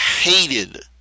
hated